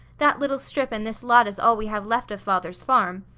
that little strip an' this lot is all we have left of father's farm.